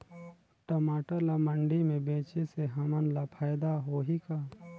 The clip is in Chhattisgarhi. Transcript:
टमाटर ला मंडी मे बेचे से हमन ला फायदा होही का?